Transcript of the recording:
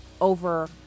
over